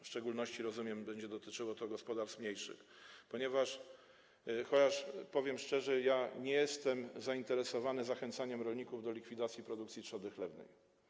W szczególności, jak rozumiem, będzie dotyczyło to gospodarstw mniejszych, ponieważ, powiem szczerze, ja nie jestem zainteresowany zachęcaniem rolników do likwidacji produkcji trzody chlewnej.